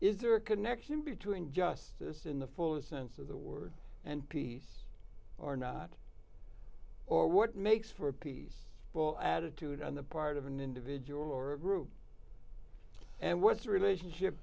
is there a connection between justice in the fullest sense of the word and peace or not or what makes for peace will attitude on the part of an individual or group and what's the relationship